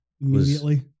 immediately